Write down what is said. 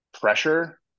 pressure